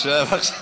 עכשיו, עכשיו.